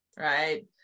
right